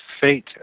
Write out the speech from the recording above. fate